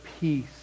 peace